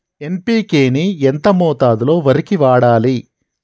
NPK ని ఎంత మోతాదులో వరికి వాడాలి?